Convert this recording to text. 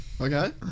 Okay